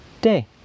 day